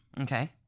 Okay